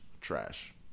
Trash